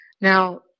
Now